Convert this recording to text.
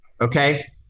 Okay